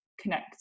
connect